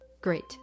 great